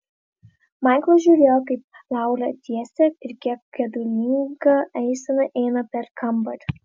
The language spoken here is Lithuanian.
maiklas žiūrėjo kaip laura tiesia ir kiek geidulinga eisena eina per kambarį